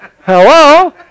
Hello